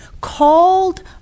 called